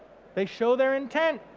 they show their intent.